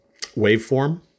waveform